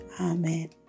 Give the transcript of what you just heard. amen